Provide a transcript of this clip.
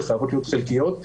שחייבות להיות חלקיות,